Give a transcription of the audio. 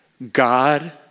God